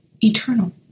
eternal